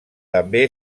també